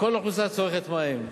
כל האוכלוסייה צורכת מים,